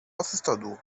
assustador